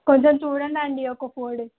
కొంచెం చూడండి అండి ఒక ఫోర్ డేస్